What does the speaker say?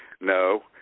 No